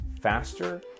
faster